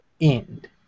end